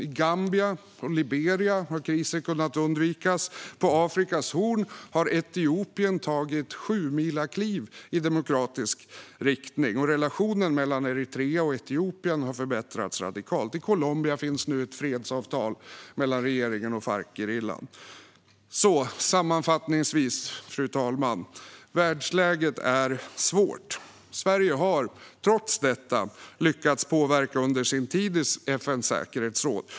I Gambia och i Liberia har kriser kunnat undvikas. På Afrikas horn har Etiopien tagit sjumilakliv i demokratisk riktning. Och relationen mellan Eritrea och Etiopien har förbättrats radikalt. I Colombia finns nu ett fredsavtal mellan regeringen och Farcgerillan. Fru talman! Sammanfattningsvis är världsläget svårt. Sverige har trots detta lyckats påverka under sin tid i FN:s säkerhetsråd.